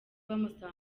bamusaba